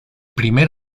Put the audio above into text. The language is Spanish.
primer